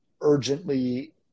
urgently